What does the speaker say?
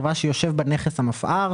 חברה שיושב בה נכס המפא"ר,